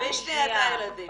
שניה את הילדים.